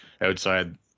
outside